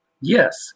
yes